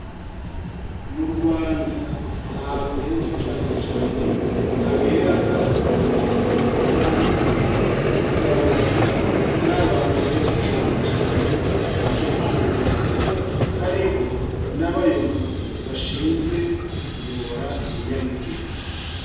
Mu Rwanda ahantu henshi cyane cyane habera imikino itandukanye. Usanga hari abantu benshi cyane cyane baje gushungera. Hariho n'abayobozi bashinzwe kuyobora ibinyabiziga.